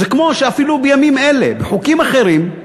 זה כמו שאפילו בימים האלה, בחוקים אחרים,